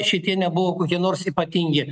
šitie nebuvo kokie nors ypatingi